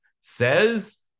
says